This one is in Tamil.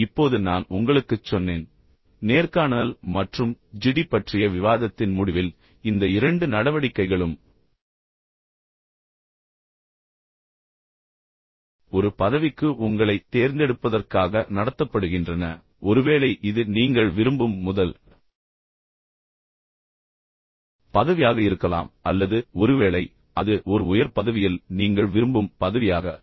இப்போது நான் உங்களுக்குச் சொன்னேன் நேர்காணல் மற்றும் ஜிடி பற்றிய விவாதத்தின் முடிவில் இந்த இரண்டு நடவடிக்கைகளும் ஒரு பதவிக்கு உங்களைத் தேர்ந்தெடுப்பதற்காக நடத்தப்படுகின்றன ஒருவேளை இது நீங்கள் விரும்பும் முதல் பதவியாக இருக்கலாம் அல்லது ஒருவேளை அது ஒரு உயர் பதவியில் நீங்கள் விரும்பும் பதவியாக இருக்கலாம்